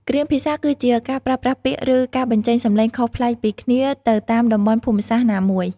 គ្រាមភាសាគឺជាការប្រើប្រាស់ពាក្យ ឬការបញ្ចេញសំឡេងខុសប្លែកពីគ្នាទៅតាមតំបន់ភូមិសាស្ត្រណាមួយ។